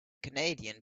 canadian